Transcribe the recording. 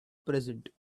present